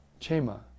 Chema